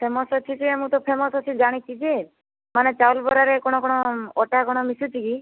famous ଅଛି ଯେ ମୁଁ ତ ଫେମସ୍ ଅଛି ଜାଣିଛି ଯେ ମାନେ ଚାଉଳ ବରାରେ କ'ଣ କ'ଣ ଅଟା କ'ଣ ମିଶୁଛି କି